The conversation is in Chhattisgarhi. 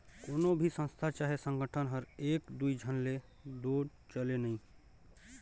कोनो भी संस्था चहे संगठन हर एक दुई झन ले दो चले नई